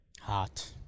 Hot